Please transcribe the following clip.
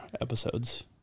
episodes